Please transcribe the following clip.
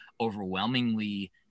overwhelmingly